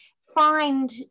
find